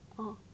orh